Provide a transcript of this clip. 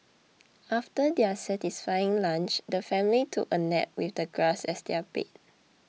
after their satisfying lunch the family took a nap with the grass as their bed